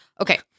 okay